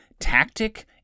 tactic